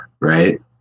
right